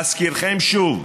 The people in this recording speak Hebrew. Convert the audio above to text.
להזכירכם, שוב,